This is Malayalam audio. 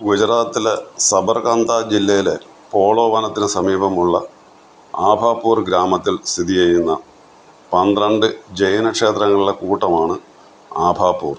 ഗുജറാത്തിലെ സബർകന്ത ജില്ലയിലെ പോളോ വനത്തിന് സമീപമുള്ള ആഭാപൂർ ഗ്രാമത്തിൽ സ്ഥിതി ചെയ്യുന്ന പന്ത്രണ്ട് ജൈന ക്ഷേത്രങ്ങളുടെ കൂട്ടമാണ് ആഭാപൂർ